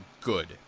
good